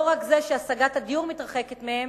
לא רק זה שהשגת הדיור מתרחקת מהם,